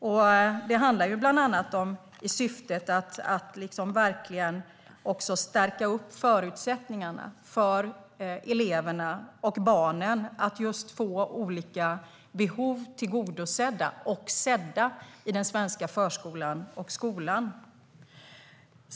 Syftet är bland annat att verkligen stärka förutsättningarna för eleverna och barnen att få olika behov tillgodosedda och sedda i den svenska förskolan och skolan.